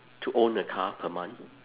to own a car per month